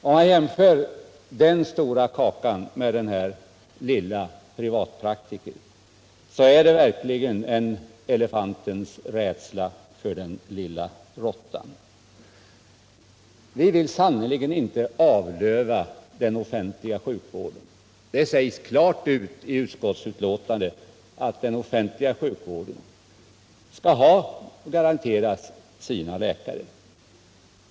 Om man jämför den stora gruppen läkare i den offentliga vården med den lilla gruppen privatpraktiker måste man konstatera att de farhågor som socialdemokraterna ger uttryck för i reservationen verkligen är elefantens rädsla för den lilla råttan. Vi vill sannerligen inte avlöva den offentliga sjukvården. Det sägs klart ut i betänkandet att den offentliga sjukvården skall garanteras sina läkare.